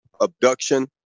abduction